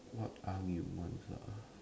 what arm he wants uh